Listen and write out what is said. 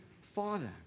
Father